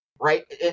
right